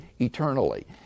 eternally